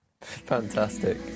fantastic